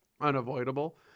unavoidable